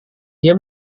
dia